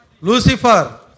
Lucifer